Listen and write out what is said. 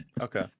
Okay